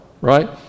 right